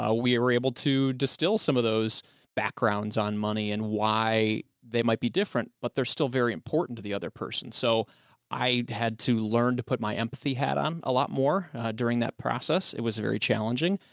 ah we were able to distill some of those backgrounds on money and why they might be different, but they're still very important to the other person. so i had to learn to put my empathy hat on a lot more during that process. it was very challenging.